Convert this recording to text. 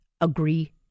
agree